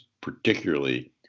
particularly